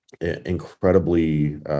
incredibly